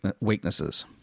weaknesses